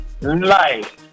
life